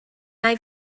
nai